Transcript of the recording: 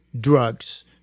drugs